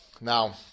now